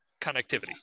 connectivity